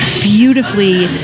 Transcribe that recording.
beautifully